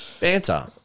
Banter